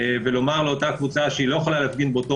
ולומר לאותה קבוצה שהיא לא יכולה להפגין באותו